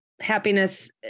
happiness